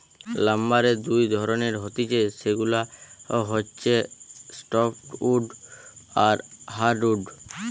লাম্বারের দুই ধরণের হতিছে সেগুলা হচ্ছে সফ্টউড আর হার্ডউড